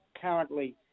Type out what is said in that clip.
currently